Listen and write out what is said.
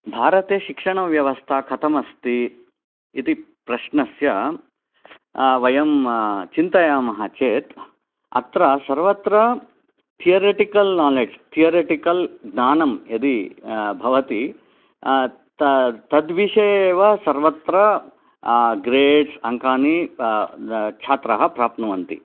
भारते शिक्षणव्यवस्था कथम् अस्ति इति प्रश्नस्य वयं चिन्तयामः चेत् अत्र सर्वत्र तियोरिटिकल् नोलेज् तियोरिटिकल् ज्ञानं यदि भवति तद्विषये एव सर्वत्र ग्रेड्स् अङ्कानि छात्राः प्राप्नुवन्ति